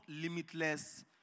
limitless